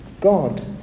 God